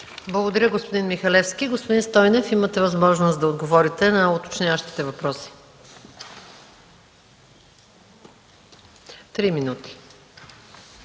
Благодаря, господин Михалевски. Господин Стойнев, имате възможност да отговорите на уточняващите въпроси. МИНИСТЪР